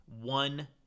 one